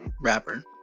rapper